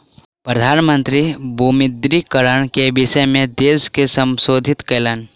प्रधान मंत्री विमुद्रीकरण के विषय में देश के सम्बोधित कयलैन